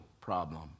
problem